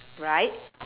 right